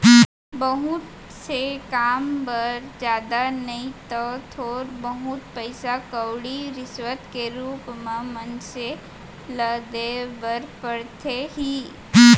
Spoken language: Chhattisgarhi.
बहुत से काम बर जादा नइ तव थोर बहुत पइसा कउड़ी रिस्वत के रुप म मनसे ल देय बर परथे ही